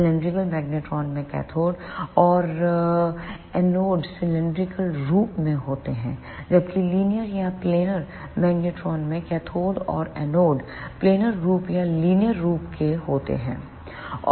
cylindrical cylindrical magnetron में cathode और anode cylindrical cylindrical रूप के होते हैं जबकि लीनियर या प्लेनर मैग्नेट्रॉन में कैथोड और एनोड प्लैनर रूप या लीनियर रूप के होते हैं